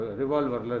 revolver